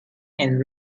and